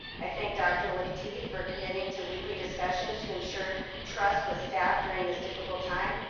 i thank dr. lateef for committing to weekly discussions to ensure trust with staff during this difficult time.